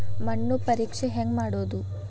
ಮಣ್ಣು ಪರೇಕ್ಷೆ ಹೆಂಗ್ ಮಾಡೋದು?